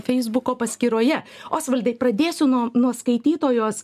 feisbuko paskyroje osvaldai pradėsiu nuo nuo skaitytojos